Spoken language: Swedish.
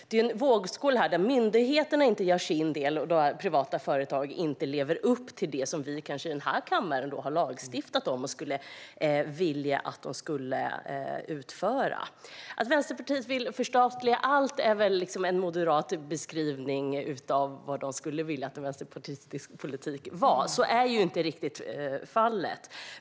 Det är en vågskål: Myndigheterna gör inte sin del, och privata företag lever inte upp till det som vi i denna kammare kanske har lagstiftat om och skulle vilja att de utförde. Att Vänsterpartiet vill förstatliga allt är väl en moderat beskrivning av hur de skulle vilja att en vänsterpartistisk politik såg ut. Så är inte riktigt fallet.